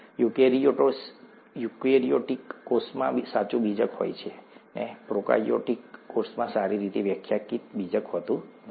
eukaryotic કોષમાં સાચું બીજક હોય છે પ્રોકાર્યોટિક કોષમાં સારી રીતે વ્યાખ્યાયિત બીજક હોતું નથી